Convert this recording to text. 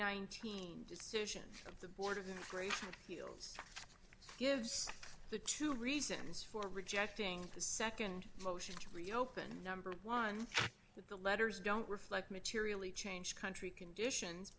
nineteen decision of the board of the great deal gives the two reasons for rejecting the nd motion to reopen number one that the letters don't reflect materially change country conditions